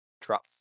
Drop